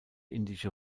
indische